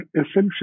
essentially